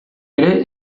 ere